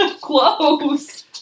Close